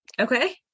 Okay